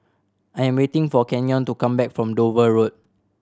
I'm waiting for Kenyon to come back from Dover Road